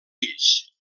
fills